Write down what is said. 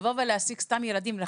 מדובר בסכנה.